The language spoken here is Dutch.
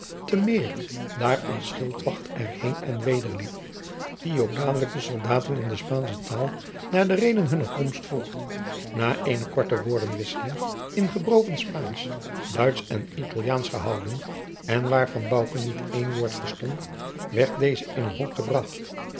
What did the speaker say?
te meer daar een schildwacht er heen en weder liep die ook dadelijk den soldaten in de spaansche taal naar de reden hunner komst vroeg na eene korte woordenwisseling in gebroken spaansch duitsch en italiaansch gehouden en waarvan bouke niet een woord verstond werd deze in een hok gebracht